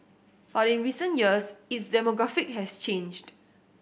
but in recent years its demographic has changed